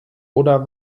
oder